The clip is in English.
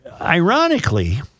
ironically